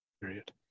period